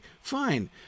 fine